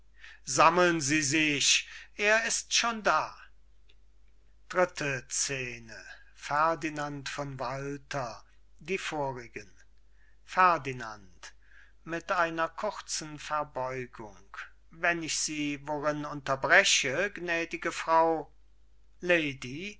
sammeln sie sich er ist schon da dritte scene ferdinand von walter die vorigen ferdinand mit einer kurzen verbeugung wenn ich sie worin unterbreche gnädige frau lady